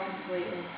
completely